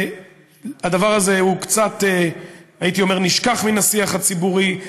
והדבר הזה קצת נשכח מן השיח הציבורי.